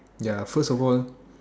ya first of all